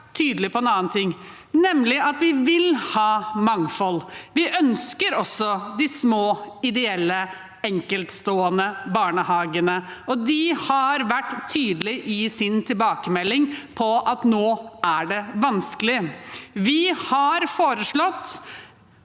tydelige på en annen ting, nemlig at vi vil ha mangfold. Vi ønsker også de små, ideelle, enkeltstående barnehagene, og de har vært tydelige i sin tilbakemelding på at nå er det vanskelig. Vi har foreslått